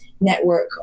network